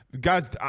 Guys